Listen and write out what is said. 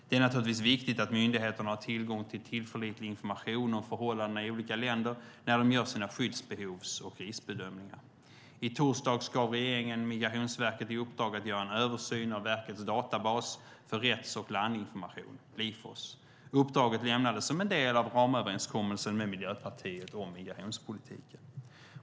Det är naturligtvis viktigt att myndigheterna har tillgång till tillförlitlig information om förhållandena i olika länder när de gör sina skyddsbehovs och riskbedömningar. I torsdags gav regeringen Migrationsverket i uppdrag att göra en översyn av verkets databas för rätts och landinformation, Lifos. Uppdraget lämnades som en del av ramöverenskommelsen med Miljöpartiet om migrationspolitiken.